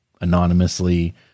anonymously